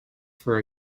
for